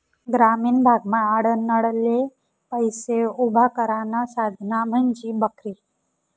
ग्रामीण भागमा आडनडले पैसा उभा करानं साधन म्हंजी बकरी